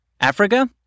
Africa